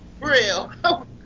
real